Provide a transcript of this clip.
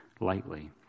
lightly